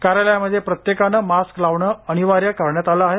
कार्यालयामध्ये प्रत्येकाने मास्क लावणे अनिवार्य करण्यात आले आहे